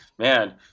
Man